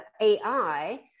AI